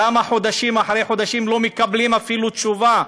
למה חודשים אחרי חודשים לא מקבלים אפילו תשובה?